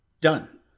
done